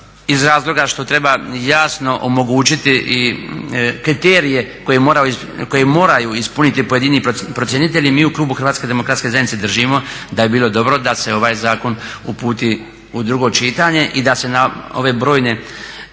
iz razloga što treba jasno omogućiti i kriterije koje moraju ispuniti pojedini procjenitelji, mi u klubu Hrvatske demokratske zajednice držimo da bi bilo dobro da se ovaj zakon uputi u drugo čitanje i da se na ove brojne